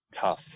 tough